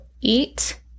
eat